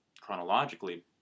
chronologically